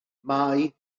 mai